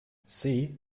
see